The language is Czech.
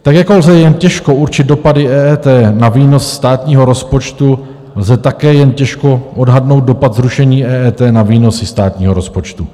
Tak jako lze jen těžko určit dopady EET na výnos státního rozpočtu, lze také jen těžko odhadnout dopad zrušení EET na výnosy státního rozpočtu.